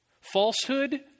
Falsehood